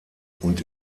und